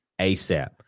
ASAP